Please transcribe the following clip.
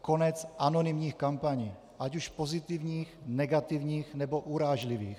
Konec anonymních kampaní, ať už pozitivních, negativních, nebo urážlivých.